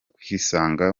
kwisanga